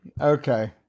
Okay